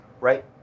Right